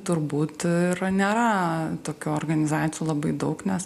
turbūt ir nėra tokių organizacijų labai daug nes